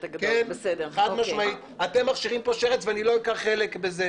אתם מכשירים פה שרץ, ולא אקח חלק בזה.